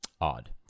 odd